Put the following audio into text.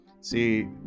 See